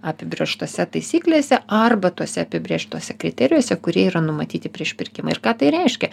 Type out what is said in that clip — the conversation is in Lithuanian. apibrėžtose taisyklėse arba tuose apibrėžtuose kriterijuose kurie yra numatyti prieš pirkimą ir ką tai reiškia